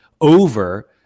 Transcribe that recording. over